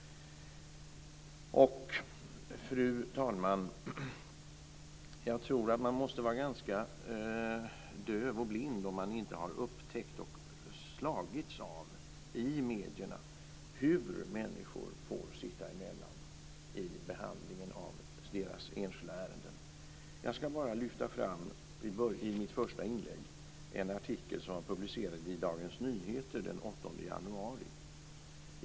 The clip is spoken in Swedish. Fru talman! Jag tror att man måste vara ganska döv och blind om man inte i medierna har upptäckt och slagits av hur människor får sitta emellan i behandlingen av enskilda ärenden. Jag ska i mitt första inlägg lyfta fram en artikel som var publicerad i Dagens Nyheter den 8 januari.